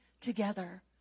together